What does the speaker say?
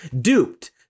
duped